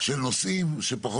כמי שיודע